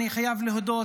אני חייב להודות,